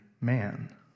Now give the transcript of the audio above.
man